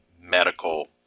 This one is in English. medical